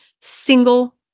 single